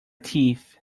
teeth